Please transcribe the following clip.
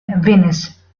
venice